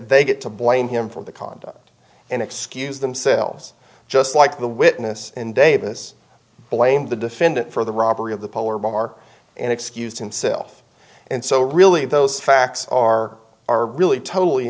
they get to blame him for the conduct and excuse themselves just like the witness in davis blamed the defendant for the robbery of the polar bar and excused himself and so really those facts are are really totally